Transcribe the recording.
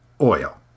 Oil